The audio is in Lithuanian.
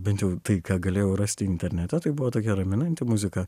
bent jau tai ką galėjau rasti internete tai buvo tokia raminanti muzika